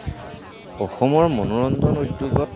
অসমৰ মনোৰঞ্জন উদ্যোগত